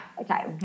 Okay